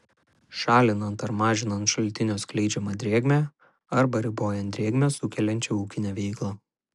šalinant ar mažinant šaltinio skleidžiamą drėgmę arba ribojant drėgmę sukeliančią ūkinę veiklą